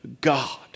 God